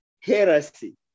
heresy